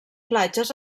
platges